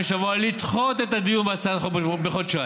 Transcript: שבוע לדחות את הדיון בהצעת החוק בחודשיים.